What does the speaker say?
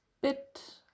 bit